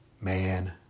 man